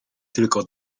tylko